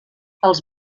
els